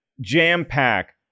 jam-pack